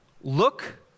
Look